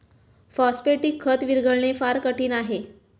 phosphatic खत विरघळणे फार कठीण आहे